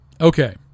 Okay